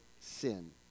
sin